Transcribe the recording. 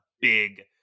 big